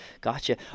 gotcha